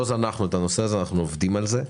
לא זנחנו את זה, אנו עובדים על זה.